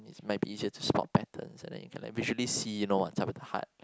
might be easier to stop patterns and then you can like visually see you know what's up with the heart